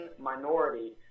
minority